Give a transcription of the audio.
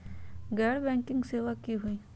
गैर बैंकिंग सेवा की होई?